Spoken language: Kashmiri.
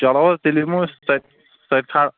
چلو حظ تیٚلہِ یِمو أسۍ سۅ تہِ سۅ تہِ تھاو